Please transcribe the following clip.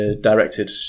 directed